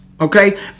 Okay